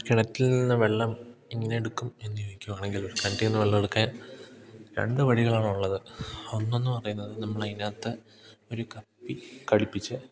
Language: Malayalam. കിണറ്റിൽ നിന്ന് വെള്ളം എങ്ങനെ എടുക്കും എന്നു ചോദിക്കുവാണെങ്കിൽ കിണറ്റിൽ നിന്ന് വെള്ളം എടുക്കാൻ രണ്ട് വഴികളാണ് ഉള്ളത് ഒന്നെന്നു പറയുന്നത് നമ്മൾ അതിനകത്ത് ഒരു കപ്പി ഘടിപ്പിച്ച്